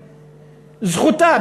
זכותה.